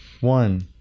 one